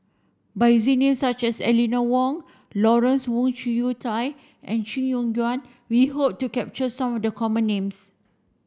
by using names such as Eleanor Wong Lawrence Wong Shyun Tsai and Chee Soon Juan we hope to capture some of the common names